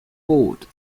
hoard